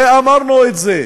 אמרנו את זה,